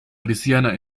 cristiana